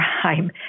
crime